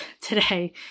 today